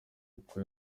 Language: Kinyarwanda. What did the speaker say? nuko